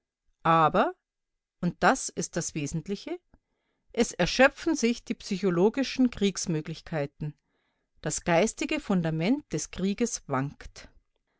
aber und das ist das wesentliche es erschöpfen sich die psychologischen kriegsmöglichkeiten das geistige fundament des krieges wankt